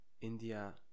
India